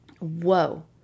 whoa